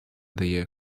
дає